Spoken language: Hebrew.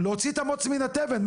להוציא את המוץ מן התבן.